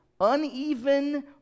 uneven